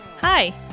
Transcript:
Hi